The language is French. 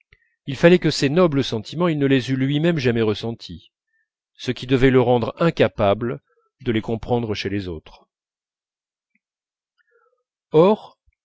il fallait que ces nobles sentiments il ne les eût lui-même jamais ressentis ce qui devait le rendre incapable de les comprendre chez les autres or